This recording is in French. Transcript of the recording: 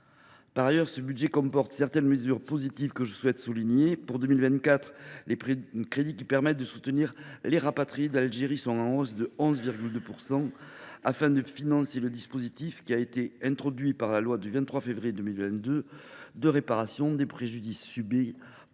Par ailleurs, ce budget comporte certaines mesures positives que je souhaite souligner. Pour 2024, les crédits qui permettent de soutenir les rapatriés d’Algérie sont en hausse de 11,2 %, et ce afin de financer le dispositif, introduit par la loi du 23 février 2022, de réparation des préjudices subis par les